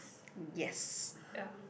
yes